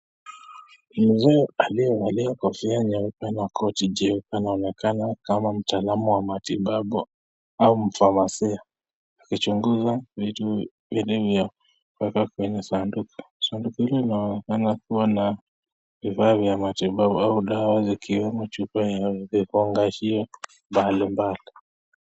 Mzee aliyevalia kofia nyeupe na koti jeupe anaonekana kama mtaalamu wa matibabu au mfamasia, akichunguza vitu vilivyowekwa kwenye sanduku. Sanduku hilo linaonekana kuwa na vifaa vya matibabu au dawa zikiwemo chupa ya vipimo na alama mbalimbali.